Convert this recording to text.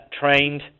trained